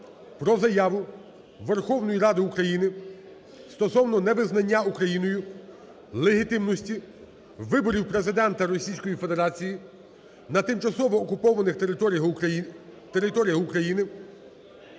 про Заяву Верховної Ради України стосовно невизнання Україною легітимності виборів Президента Російської Федерації на тимчасово окупованих територіях України,